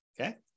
Okay